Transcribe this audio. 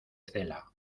cela